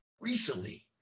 Recently